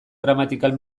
gramatikal